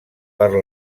per